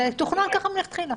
זה תוכנן ככה מלכתחילה.